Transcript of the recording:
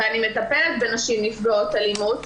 ואני מטפלת בנשים נפגעות אלימות,